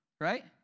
right